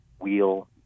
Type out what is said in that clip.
Wheel